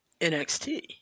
NXT